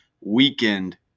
weekend